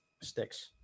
sticks